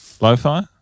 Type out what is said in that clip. lo-fi